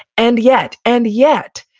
and yet, and yet,